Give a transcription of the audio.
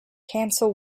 cancel